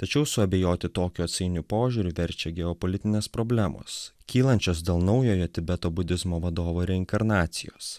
tačiau suabejoti tokiu atsainiu požiūriu verčia geopolitinės problemos kylančios dėl naujojo tibeto budizmo vadovo reinkarnacijos